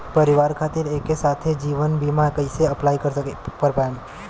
परिवार खातिर एके साथे जीवन बीमा कैसे अप्लाई कर पाएम?